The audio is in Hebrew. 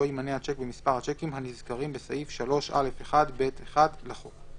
לא יימנה השיק במספר השיקים הנזכרים בסעיף 3א1(ב)(1) לחוק.